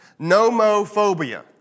Nomophobia